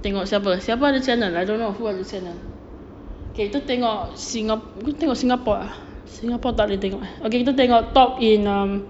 tengok siapa siapa ada channel I don't know what are the channel okay kita tengok singa~ umi tengok singapore singapore tak boleh tengok okay kita tengok top in um